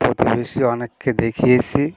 প্রতিবেশী অনেককে দেখিয়েছি